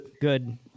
good